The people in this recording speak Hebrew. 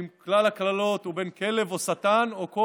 כלל הקללות: הוא בן כלב או שטן או כל